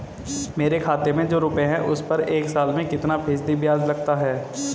मेरे खाते में जो रुपये हैं उस पर एक साल में कितना फ़ीसदी ब्याज लगता है?